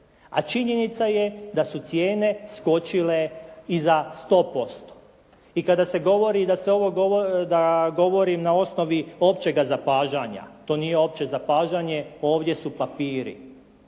A činjenica je da su cijene skočile i za 100%. I kada se govori da govorim na osnovi općega zapažanja, to nije opće zapažanje. Ovdje su papiri.